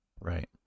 Right